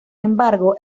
embargo